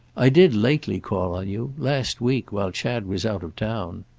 i did lately call on you. last week while chad was out of town.